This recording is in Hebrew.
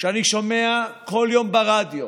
כשאני שומע כל יום ברדיו